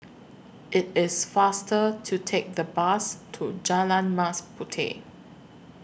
IT IS faster to Take The Bus to Jalan Mas Puteh